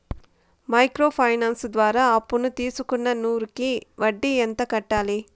Micro finance ద్వారా అప్పును తీసుకున్న నూరు కి వడ్డీ ఎంత కట్టాలి?